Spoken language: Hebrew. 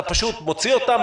אתה פשוט מוציא אותם,